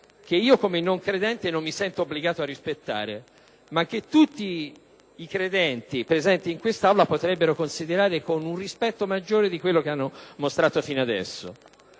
che io, come non credente, non mi sento obbligato a rispettare, ma che tutti i credenti presenti in quest'Aula potrebbero considerare con un rispetto maggiore di quello che hanno mostrato fino adesso.